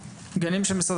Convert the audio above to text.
בגנים של משרד